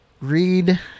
read